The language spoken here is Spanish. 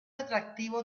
atractivo